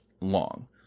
long